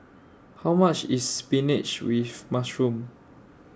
How much IS Spinach with Mushroom